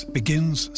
begins